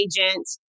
agent